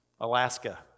Alaska